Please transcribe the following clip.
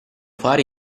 fare